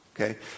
Okay